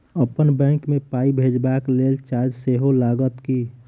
अप्पन बैंक मे पाई भेजबाक लेल चार्ज सेहो लागत की?